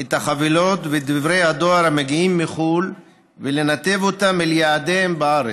את החבילות ודברי הדואר המגיעים מחו"ל ולנתב אותם אל יעדיהם בארץ.